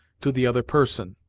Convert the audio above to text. to the other person.